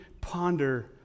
ponder